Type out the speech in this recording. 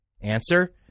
Answer